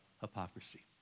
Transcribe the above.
hypocrisy